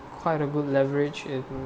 quite a good leverage in